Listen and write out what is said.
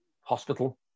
hospital